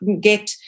get